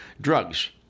drugs